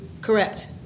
Correct